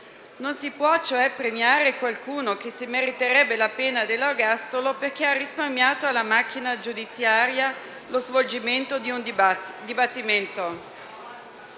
Non si può, cioè, premiare qualcuno che si meriterebbe la pena dell'ergastolo perché ha risparmiato alla macchina giudiziaria lo svolgimento di un dibattimento.